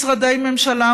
משרדי ממשלה,